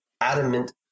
adamant